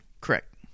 correct